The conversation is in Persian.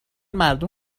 مردم